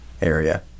area